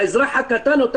מהאזרח הקטן.